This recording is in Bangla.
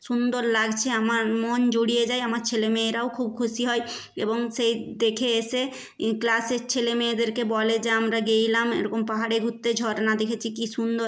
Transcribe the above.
সুন্দর লাগছে আমার মন জুড়িয়ে যায় আমার ছেলে মেয়েরাও খুব খুশি হয় এবং সেই দেখে এসে ই ক্লাসের ছেলে মেয়েদেরকে বলে যে আমরা গিয়েছিলাম এরকম পাহাড়ে ঘুরতে ঝরনা দেখেছি কী সুন্দর